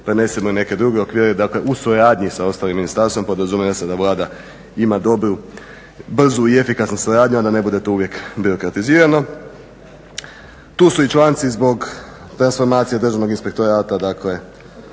prenesemo na neke druge okvire, dakle u suradnji sa ostalim ministarstvom podrazumijeva se da Vlada ima dobru, brzu i efikasnu suradnju a da ne bude to uvijek debirokratizirano. Tu su i članci zbog transformacije Državnog inspektorata, dakle